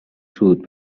سود